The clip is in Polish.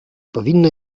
powinno